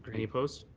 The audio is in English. any opposed?